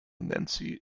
nancy